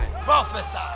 Prophesy